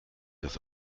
das